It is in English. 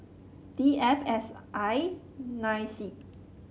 D F S I nine C